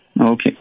Okay